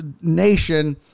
nation